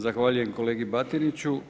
Zahvaljujem kolegi Batiniću.